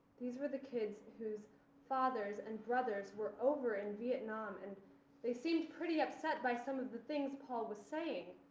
these were the kids whose fathers and brothers were over in vietnam. and they seemed pretty upset by some of the things paul was saying.